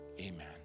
Amen